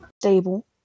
stable